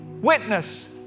witness